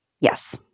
Yes